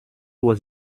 was